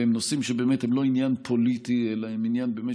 והם נושאים שבאמת הם לא עניין פוליטי אלא עניין באמת